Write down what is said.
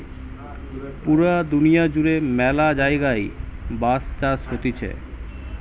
পুরা দুনিয়া জুড়ে ম্যালা জায়গায় বাঁশ চাষ হতিছে